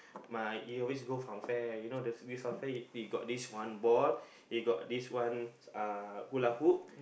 my we always go fun fair you know there's always this one fun fair always go this one ball always got this one uh hula hoop